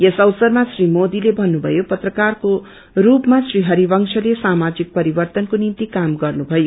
यस अवसरमा श्री मोदीले थन्नुथयो पत्रकारको स्पमा श्री हरिवंशले सामाजिक परिवर्तनको निम्ति काम गर्नुथयो